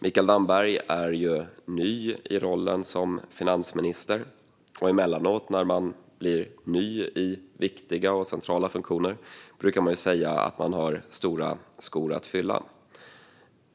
Mikael Damberg är ny i rollen som finansminister, och när någon är ny i viktiga och centrala funktioner brukar man emellanåt säga att denne har stora skor att fylla.